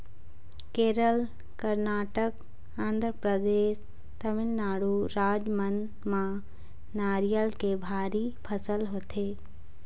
केरल, करनाटक, आंध्रपरदेस, तमिलनाडु राज मन म नरियर के भारी फसल होथे